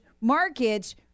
markets